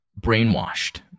brainwashed